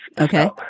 Okay